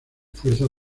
fuerzas